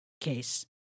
case